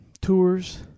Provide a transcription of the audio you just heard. tours